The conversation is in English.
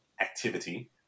activity